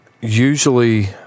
usually